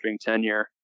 tenure